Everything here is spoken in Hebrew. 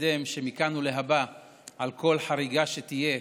ולקדם שמכאן ולהבא על כל חריגה שתהיה,